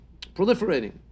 proliferating